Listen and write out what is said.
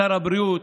ומשר הבריאות,